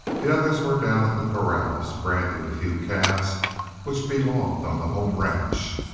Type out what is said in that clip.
the others were down at the corrals, branding a few calves which belonged on the home ranch.